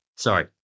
Sorry